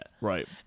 Right